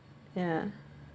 yeah